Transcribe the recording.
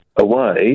away